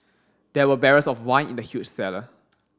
there were barrels of wine in the huge cellar